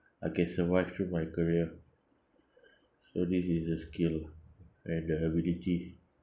I can survive through my career so this is the skill and the ability